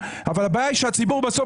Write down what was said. אבל הבעיה היא שהציבור בסוף,